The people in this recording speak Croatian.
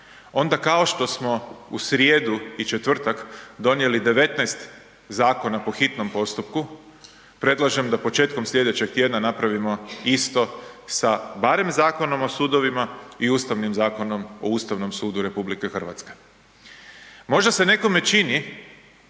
onda kao što smo u srijedu i četvrtak donijeli 19 zakona po hitnom postupku, predlažem da početkom sljedećeg tjedna napravimo isto sa barem Zakonom o sudovima i Ustavnim zakonom o Ustavnom sudu RH. Možda se nekome čini